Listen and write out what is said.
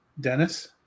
Dennis